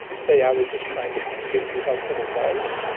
say i was just trying to give you helpful advice.